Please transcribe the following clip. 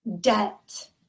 Debt